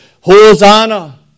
Hosanna